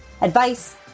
advice